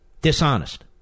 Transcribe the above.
dishonest